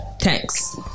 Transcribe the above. Thanks